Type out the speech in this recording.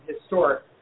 historic